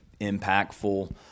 impactful